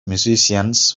musicians